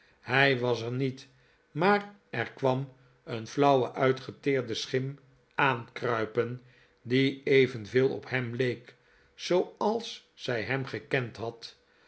hij was er niet maar er kwam een flauwe uitgeteerde schim aankruipen die evenveel op hem leek zooals zij hem gekend had